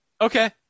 Okay